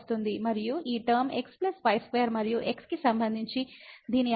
మరియు ఈ term x y2 మరియు x కి సంబంధించి దీని అవకలనం అవుతుంది